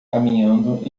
caminhando